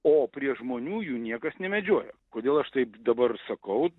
o prie žmonių jų niekas nemedžioja kodėl aš taip dabar sakau